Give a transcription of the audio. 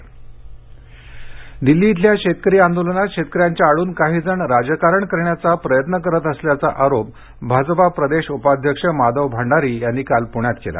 कृषी भांडारी दिल्ली इथल्या शेतकरी आंदोलनात शेतकऱ्यांच्या आडून काहीजण राजकारण करण्याचा प्रयत्न करत असल्याचा आरोप भाजपा प्रदेश उपाध्यक्ष माधव भांडारी यांनी काल पुण्यात केला